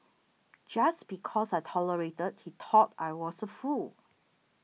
just because I tolerated he thought I was a fool